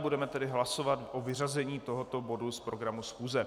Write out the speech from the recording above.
Budeme tedy hlasovat o vyřazení tohoto bodu z programu schůze.